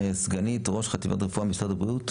סגנית ראש חטיבת הרפואה משרד הבריאות,